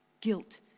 guilt